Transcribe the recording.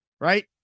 right